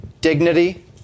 dignity